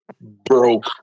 Broke